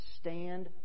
stand